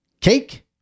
cake